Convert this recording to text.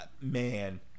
man